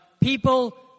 people